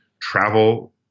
travel